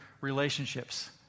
relationships